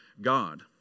God